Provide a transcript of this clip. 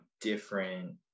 different